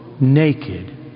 naked